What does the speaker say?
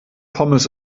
pommes